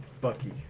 Bucky